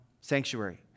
sanctuary